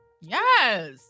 Yes